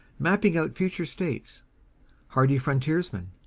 mapping out future states hardy frontiersmen,